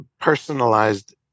personalized